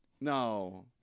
No